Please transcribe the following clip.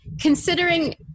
considering